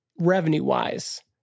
revenue-wise